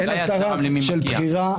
אין הסדרה של בחירה.